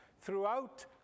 throughout